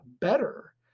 better